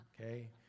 okay